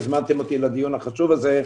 תודה רבה שהזמנתם אותי לדיון החשוב הזה.